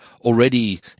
already